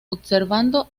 observando